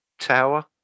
tower